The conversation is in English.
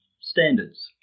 standards